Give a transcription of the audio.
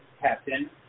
captain